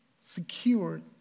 secured